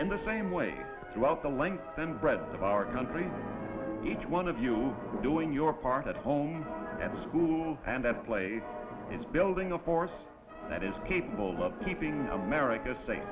in the same way throughout the length and breadth of our country each one of you doing your part at home at school and that place is building a force that is capable of keeping america sa